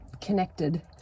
connected